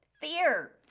fear